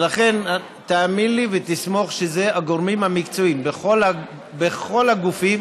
ולכן תאמין לי ותסמוך שהגורמים המקצועיים בכל הגופים